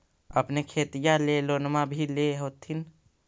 अपने खेतिया ले लोनमा भी ले होत्थिन?